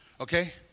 okay